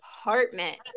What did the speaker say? apartment